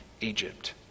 Egypt